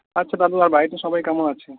আচ্ছা দাদু আর বাড়িতে সবাই কেমন আছে